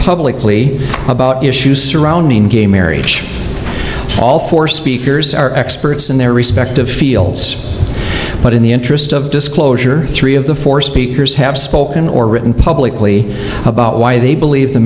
publicly about issues surrounding gay marriage all four speakers are experts in their respective fields but in the interest of disclosure three of the four speakers have spoken or written publicly about why they believe the